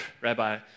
Rabbi